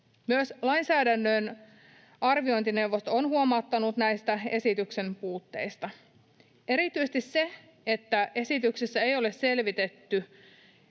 Myös lainsäädännön arviointineuvosto on huomauttanut näistä esityksen puutteista, erityisesti siitä, että esityksessä ei ole selvitetty,